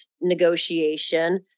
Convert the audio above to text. negotiation